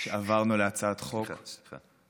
שעברנו להצעת חוק, סליחה, סליחה.